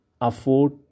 afford